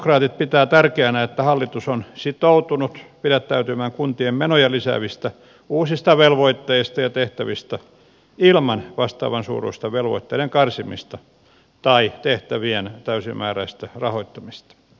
kristillisdemokraatit pitää tärkeänä että hallitus on sitoutunut pidättäytymään kuntien menoja lisäävistä uusista velvoitteista ja tehtävistä ilman vastaavansuuruista velvoitteiden karsimista tai tehtävien täysimääräistä rahoittamista